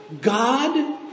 God